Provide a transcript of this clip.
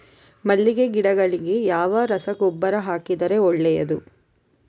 ಮಲ್ಲಿಗೆ ಗಿಡಗಳಿಗೆ ಯಾವ ರಸಗೊಬ್ಬರ ಹಾಕಿದರೆ ಒಳ್ಳೆಯದು?